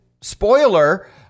spoiler